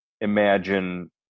imagine